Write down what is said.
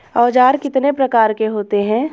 औज़ार कितने प्रकार के होते हैं?